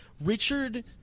Richard –